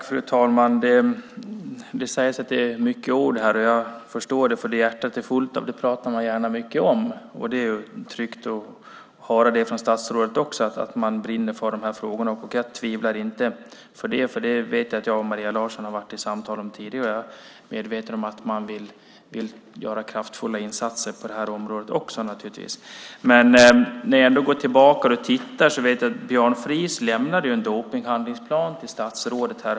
Fru talman! Det sägs att det är många ord här. Jag förstår det, för vad hjärtat är fullt av pratar man gärna mycket om. Det är tryggt att också från statsrådet höra att man brinner för de här frågorna. Jag tvivlar inte på det. Maria Larsson och jag har tidigare haft samtal om detta, så jag är medveten om att man vill göra kraftfulla insatser också på det här området. Jag har gått tillbaka och tittat på detta och vet att Björn Fries hösten 2006 överlämnade en dopningshandlingsplan till statsrådet.